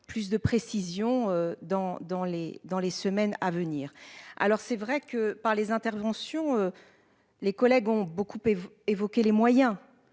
dans dans les dans les semaines à venir. Alors c'est vrai que par les interventions. Les collègues ont beaucoup et vous évoquez les moyens